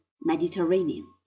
Mediterranean